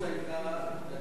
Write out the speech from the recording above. ההתנגדות היתה,